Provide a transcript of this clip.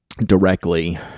directly